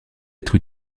être